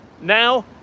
Now